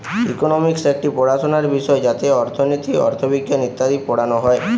economics একটি পড়াশোনার বিষয় যাতে অর্থনীতি, অথবিজ্ঞান ইত্যাদি পড়ানো হয়